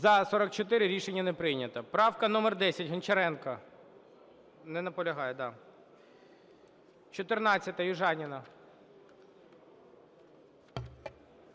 За-44 Рішення не прийнято. Правка номер 10, Гончаренко. Не наполягає. 14-а, Южаніна.